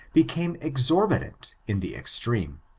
became exorbitant in the extreme.